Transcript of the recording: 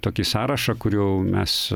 tokį sąrašą kur jau mes